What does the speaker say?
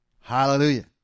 Hallelujah